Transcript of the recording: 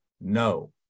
No